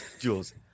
Jules